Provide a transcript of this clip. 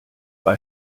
bei